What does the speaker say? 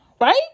right